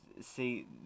see